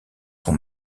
son